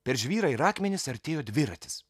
per žvyrą ir akmenis artėjo dviratis